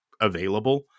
available